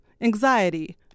anxiety